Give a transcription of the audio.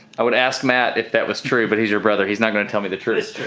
i would ask matt if that was true but he's your brother, he's not going to tell me the truth. it's true.